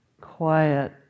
quiet